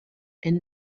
and